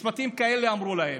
משפטים כאלה אמרו להם.